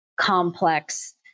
complex